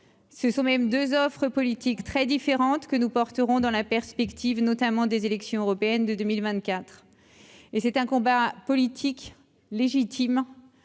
ce sont même 2 offres politiques très différentes que nous porterons dans la perspective notamment des élections européennes de 2024 et c'est un combat politique légitime